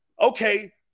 Okay